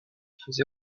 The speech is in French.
faisait